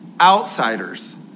outsiders